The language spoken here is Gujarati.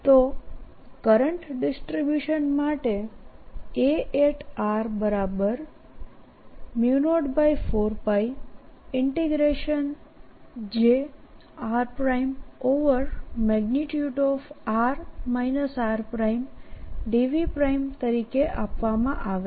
તોકરંટ ડિસ્ટ્રિબ્યૂશન માટેA04πjr|r r| dv તરીકે આપવામાંઆવે છે